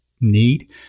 need